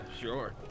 sure